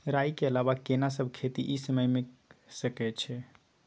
राई के अलावा केना सब खेती इ समय म के सकैछी?